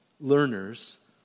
learners